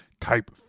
type